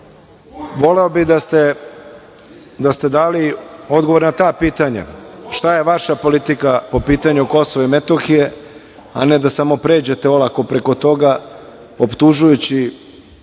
Voleo bih da ste dali odgovor na ta pitanja, šta je vaša politika po pitanju KiM, a ne da samo pređete olako preko toga, optužujući